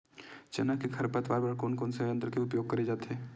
चना के खरपतवार बर कोन से यंत्र के उपयोग करे जाथे?